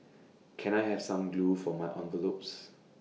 can I have some glue for my envelopes